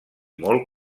molt